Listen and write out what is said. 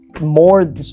more